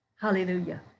Hallelujah